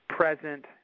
Present